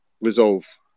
resolve